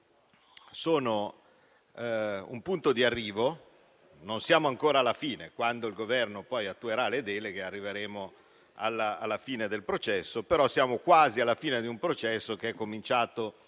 sono un punto di arrivo; non siamo ancora alla fine, quando il Governo poi attuerà le deleghe, arriveremo alla fine del processo. Siamo però quasi alla fine di un processo che è cominciato